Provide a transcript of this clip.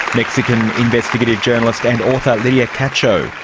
mexican investigative journalist and author lydia cacho.